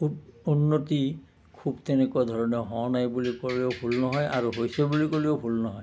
উ উন্নতি খুব তেনেকুৱা ধৰণৰ হোৱা নাই বুলি ক'লেও ভুল নহয় আৰু হৈছে বুলি ক'লেও ভুল নহয়